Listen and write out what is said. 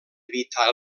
evitar